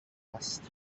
است